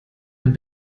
ein